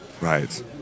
Right